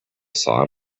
saw